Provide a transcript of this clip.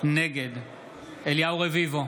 נגד אליהו רביבו,